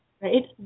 right